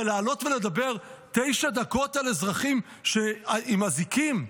לעלות ולדבר תשע דקות על אזרחים עם אזיקים?